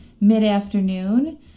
mid-afternoon